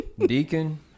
Deacon